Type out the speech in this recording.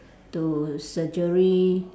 to surgery